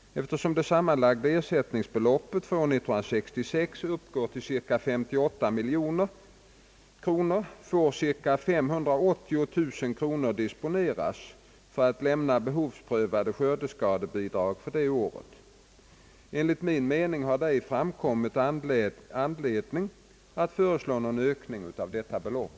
Eftersom det sammanlagda ersättningsbeloppet för år 1966 uppgår till ca 58 milj.kr. får ca 580 000 kr. disponeras för att lämna behovsprövade skördeskadebidrag för det året. Enligt min mening har det ej framkommit anledning att föreslå någon ökning av detta belopp.